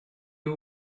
you